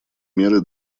меры